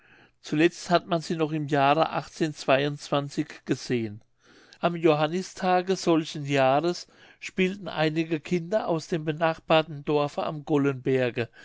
zuletzt hat man sie noch im jahre gesehen am johannistage solchen jahres spielten einige kinder aus dem benachbarten dorfe am